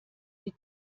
die